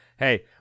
Hey